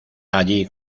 allí